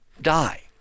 die